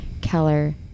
Keller